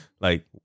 Like-